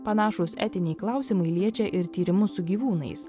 panašūs etiniai klausimai liečia ir tyrimus su gyvūnais